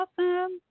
awesome